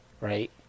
right